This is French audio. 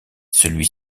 celui